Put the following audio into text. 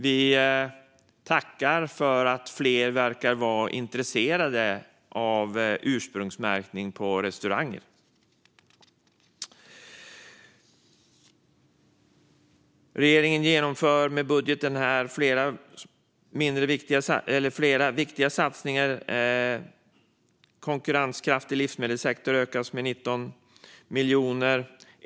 Vi tackar för att fler verkar vara intresserade av ursprungsmärkning på restauranger. Regeringen genomför i budgeten flera viktiga satsningar. Konkurrenskraften i livsmedelssektorn stärks med 19 miljoner.